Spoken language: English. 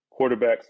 quarterbacks